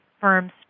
firms